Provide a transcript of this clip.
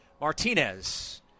Martinez